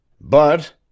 But